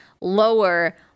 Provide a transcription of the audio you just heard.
lower